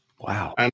Wow